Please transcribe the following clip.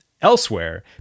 elsewhere